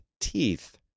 teeth